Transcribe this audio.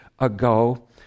ago